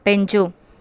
పెంచు